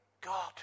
god